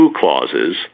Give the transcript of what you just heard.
clauses